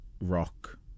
rock